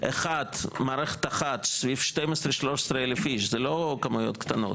אחד מערכת אחת סביב 12,13 אלף איש זה לא כמויות קטנות